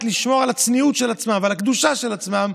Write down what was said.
לשמור על הצניעות של עצמן ועל הקדושה של עצמן,